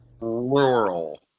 Rural